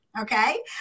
okay